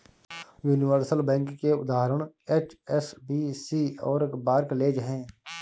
universal bank के उदाहरण HSBC और बार्कलेज हैं